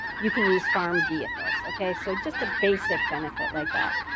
you can use farm vehicles, okay. so just the basic benefit like that.